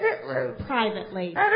privately